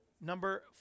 Number